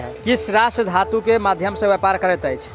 किछ राष्ट्र स्वर्ण धातु के माध्यम सॅ व्यापार करैत अछि